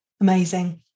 Amazing